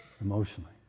emotionally